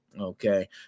Okay